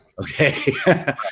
okay